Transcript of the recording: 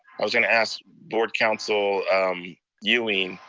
i was gonna ask board council um ewing.